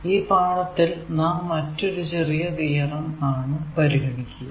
ഈ പാഠത്തിൽ നാം മറ്റൊരു ചെറിയ തിയറം ആണ് പരിഗണിക്കുക